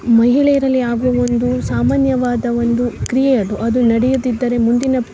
ಮಹಿಳೆಯರಲ್ಲಿ ಆಗುವ ಒಂದು ಸಾಮಾನ್ಯವಾದ ಒಂದು ಕ್ರಿಯೆ ಅದು ಅದು ನಡಿಯದಿದ್ದರೆ ಮುಂದಿನ